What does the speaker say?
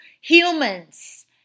humans